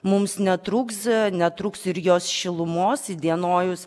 mums netrūks netrūks ir jos šilumos įdienojus